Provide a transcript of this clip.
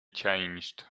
changed